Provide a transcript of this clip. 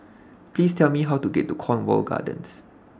Please Tell Me How to get to Cornwall Gardens